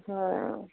হয় অঁ